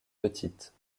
petite